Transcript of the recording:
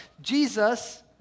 Jesus